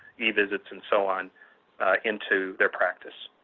e-visits, and so on into their practice.